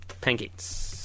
pancakes